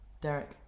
Derek